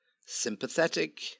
sympathetic